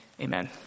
Amen